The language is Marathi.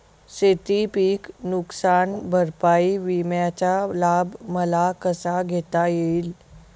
शेतीपीक नुकसान भरपाई विम्याचा लाभ मला कसा घेता येईल?